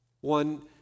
One